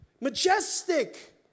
majestic